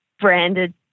branded